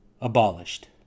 abolished